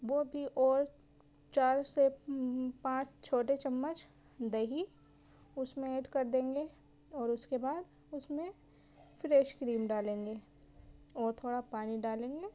وہ بھی اور چار سے پانچ چھوٹے چمچ دہی اس میں ایڈ کر دیں گے اور اس کے بعد اس میں فریش کیریم ڈالیں گے اور تھوڑا پانی ڈالیں گے